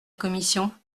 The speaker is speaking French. commission